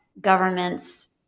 governments